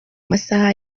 masaha